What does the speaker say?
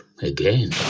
again